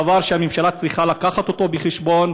דבר שהממשלה צריכה להביא בחשבון.